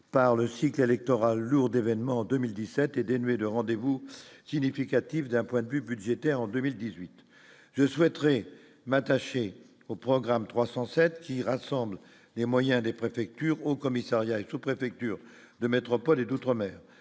par le cycle électoral lourd d'événements 2017 et dénuée de rendez-vous significatif d'un point de vue budgétaire en 2018 je souhaiterais m'attacher au programme 307 qui rassemble les moyens des préfectures au commissariat, sous préfecture de métropole et d'outre-mer,